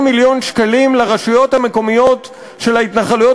מיליון שקלים לרשויות המקומיות של ההתנחלויות